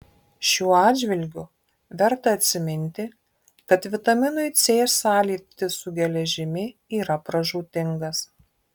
šiuo atžvilgiu verta atsiminti kad vitaminui c sąlytis su geležimi yra pražūtingas